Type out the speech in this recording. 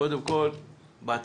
קודם כול בהצהרתיות,